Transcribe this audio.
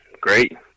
great